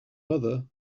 mother